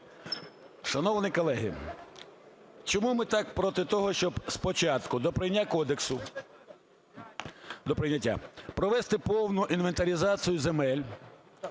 Шановні колеги, чому ми так проти того, щоб спочатку до прийняття кодексу провести повну інвентаризацію земель?